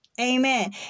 amen